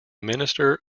minister